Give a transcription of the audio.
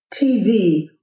TV